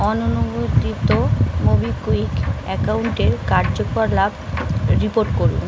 অননুমোদিত মোবিকুইক অ্যাকাউন্টের কার্যকলাপ রিপোর্ট করুন